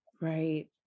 Right